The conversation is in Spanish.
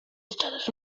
estados